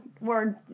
word